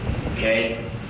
Okay